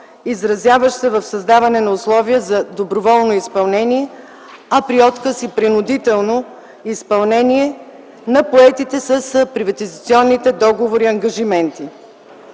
изразяваща се в създаване на условия за доброволно изпълнение, а при отказ – и принудително изпълнение на поетите с приватизационните договори ангажименти.